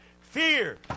Fear